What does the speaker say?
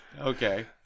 Okay